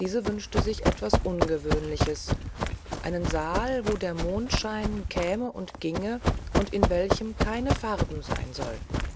diese wünschte sich etwas ganz unmögliches einen saal wo der mondschein käme und ginge und in welchem keine farben sein sollten